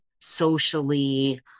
socially